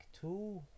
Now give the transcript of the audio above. two